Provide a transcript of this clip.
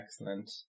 excellent